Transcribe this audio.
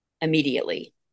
Immediately